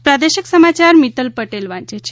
પ્રાદેશિક સમાયાર મિત્તલ પટેલ વાંચે છે